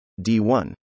D1